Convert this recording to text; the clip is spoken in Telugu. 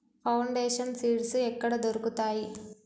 ఫౌండేషన్ సీడ్స్ ఎక్కడ దొరుకుతాయి?